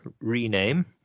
rename